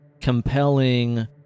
compelling